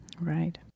Right